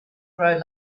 grow